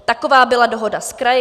Taková byla dohoda s kraji.